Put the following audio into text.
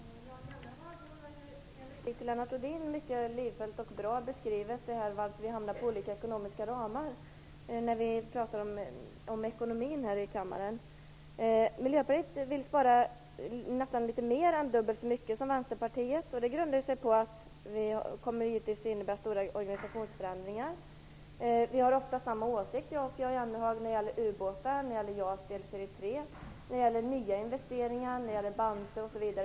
Fru talman! Jan Jennehag har i en replik till Lennart Rohdin mycket livfullt och bra beskrivit varför vi kommer fram till olika ekonomiska ramar när vi pratar om ekonomin här i kammaren. Miljöpartiet vill spara litet mer än dubbelt så mycket som Vänsterpartiet, och det kommer givetvis att innebära stora organisationsförändringar. Jan Jennehag och jag har ofta samma åsikt när det gäller ubåtar, JAS delserie tre, nya investeringar, Bamse osv.